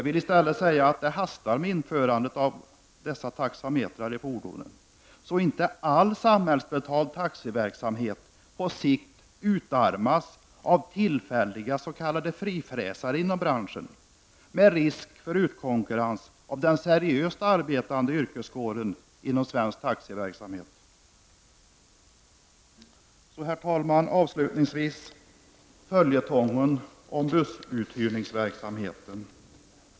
I stället vill jag säga att det hastar med införandet av dessa taxametrar i fordon, så att inte all samhällsbetald taxiverksamhet på sikt utarmas av tillfälliga s.k. frifräsare inom branschen, med risk att de utkonkurrerar den seriöst arbetande yrkeskåren inom svensk taxiverksamhet. Herr talman! Slutligen följetongen om bussuthyrningsverksamheten.